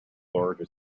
florida